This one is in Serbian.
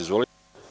Izvolite.